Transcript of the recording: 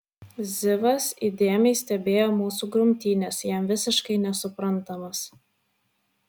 zivas įdėmiai stebėjo mūsų grumtynes jam visiškai nesuprantamas